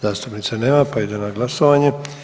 Zastupnice nema, pa ide na glasovanje.